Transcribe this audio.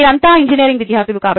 వీరంతా ఇంజనీరింగ్ విద్యార్థులు